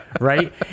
right